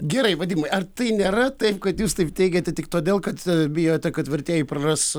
gerai vadimai ar tai nėra taip kad jūs taip teigiate tik todėl kad bijote kad vertėjai praras